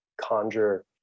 conjure